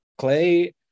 Clay